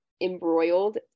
embroiled